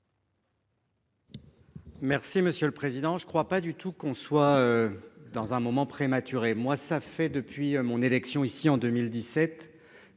Merci monsieur le président. Je ne crois pas du tout qu'on soit. Dans un moment prématuré. Moi ça fait depuis mon élection, ici en 2017